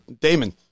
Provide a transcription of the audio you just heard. Damon